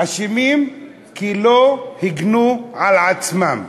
אשמים כי לא הגנו על עצמם.